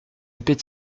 épées